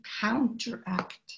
counteract